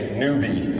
newbie